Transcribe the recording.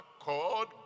accord